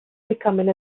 becoming